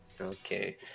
Okay